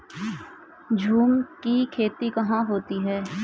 झूम की खेती कहाँ होती है?